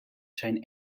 zijn